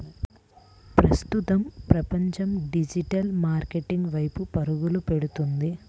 ప్రస్తుతం ప్రపంచం digital marketing వైపు పరుగులు పెడుతుంది